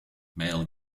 male